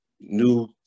new